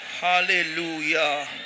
hallelujah